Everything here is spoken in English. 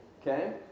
Okay